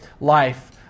life